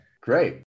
great